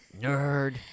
nerd